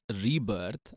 rebirth